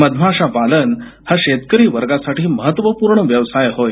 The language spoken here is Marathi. मधमाशा पालन हा शेतकरी वर्गासाठी महत्वपूर्ण व्यवसाय होय